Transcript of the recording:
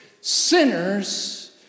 sinners